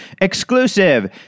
exclusive